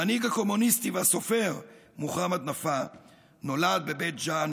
המנהיג הקומוניסטי והסופר מוחמד נפאע נולד בבית ג'ן